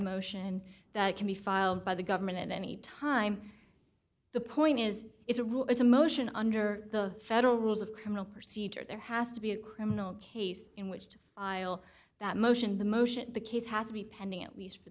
motion that can be filed by the government at any time the point is it's a rule is a motion under the federal rules of criminal procedure there has to be a criminal case in which to file that motion the motion the case has to be pending at least for